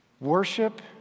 Worship